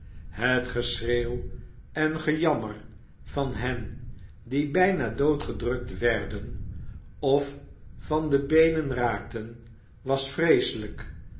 het geschreeuw en gejammer van hen die bijna doodgedrukt werden of van de beenen raakten was vreeselijk